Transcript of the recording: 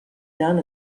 done